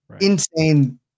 Insane